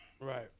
Right